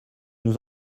nous